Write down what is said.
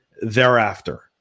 thereafter